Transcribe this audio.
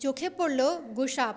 চোখে পড়ল গোসাপ